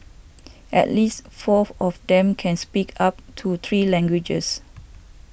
at least fourth of them can speak up to three languages